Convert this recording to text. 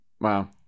Wow